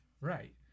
right